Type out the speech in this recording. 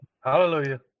Hallelujah